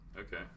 Okay